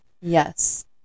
Yes